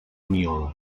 miole